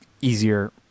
easier